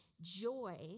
Joy